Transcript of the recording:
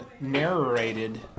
narrated